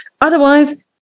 Otherwise